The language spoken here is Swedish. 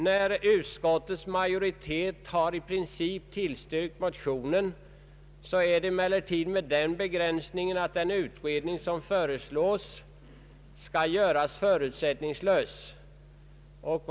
När utskottets majoritet i princip har tillstyrkt motionen, så är det med den begränsningen att den utredning som föreslås skall göras förutsättningslöst.